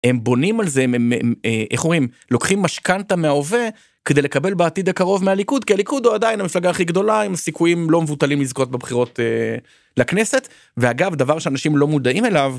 הם בונים על זה, הם, איך אומרים, לוקחים משכנתה מההווה כדי לקבל בעתיד הקרוב מהליכוד, כי הליכוד הוא עדיין המפלגה הכי גדולה, עם סיכויים לא מבוטלים לזכות בבחירות לכנסת, ואגב, דבר שאנשים לא מודעים אליו.